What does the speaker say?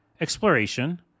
exploration